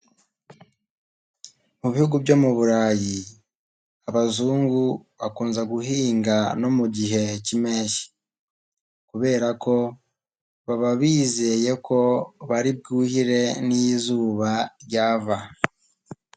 Mu bihugu byo mu burayi, abazungu bakunze guhinga no mu gihe k'impeshyi kubera ko baba bizeye ko bari bwuhire niyo izuba ryava.